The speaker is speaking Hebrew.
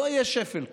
לא יהיה שפל כזה,